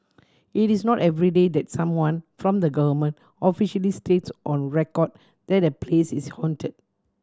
it is not everyday that someone from the government officially states on record that a place is haunted